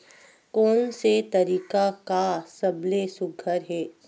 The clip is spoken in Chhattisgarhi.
कोन से तरीका का सबले सुघ्घर हे?